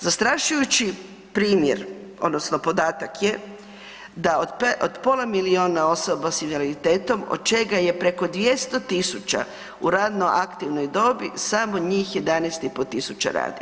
Zastrašujući primjer odnosno podatak je da od pola milijuna osoba sa invaliditetom, od čega je preko 200 000 u radno aktivnoj dobi, samo njih 11 500 radi.